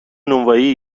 نونوایی